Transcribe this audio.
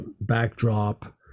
backdrop